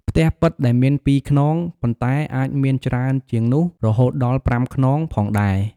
ផ្ទះប៉ិតដែលមានពីរខ្នង ប៉ុន្តែអាចមានច្រើនជាងនោះរហូតដល់ប្រាំខ្នងផងដែរ។